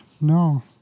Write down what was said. no